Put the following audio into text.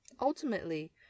Ultimately